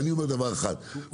ואני אומר דבר אחד,